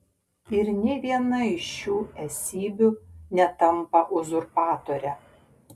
ir nė viena iš šių esybių netampa uzurpatore